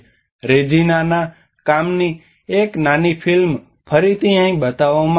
રેજીનાના કામની એક નાની ફિલ્મ ફરીથી અહીં બતાવવામાં આવશે